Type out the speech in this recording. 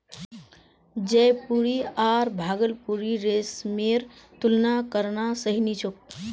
जयपुरी आर भागलपुरी रेशमेर तुलना करना सही नी छोक